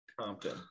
Compton